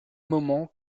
moment